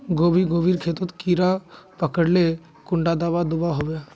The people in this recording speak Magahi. गोभी गोभिर खेतोत कीड़ा पकरिले कुंडा दाबा दुआहोबे?